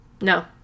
No